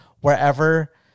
wherever